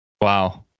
wow